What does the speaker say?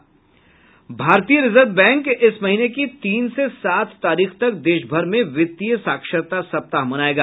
भारतीय Reserve Bank इस महीने की तीन से सात तारीख तक देश भर में वित्तीय साक्षरता सप्ताह मनाएगा